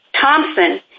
Thompson